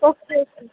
okay okay